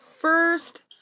first